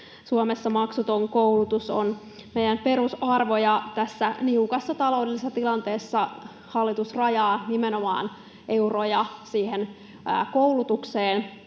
Suomessa maksuton koulutus on meidän perusarvojamme. Tässä niukassa taloudellisessa tilanteessa hallitus rajaa euroja nimenomaan siihen koulutukseen